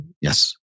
Yes